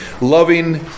Loving